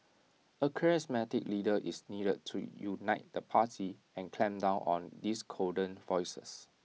A charismatic leader is needed to unite the party and clamp down on discordant voices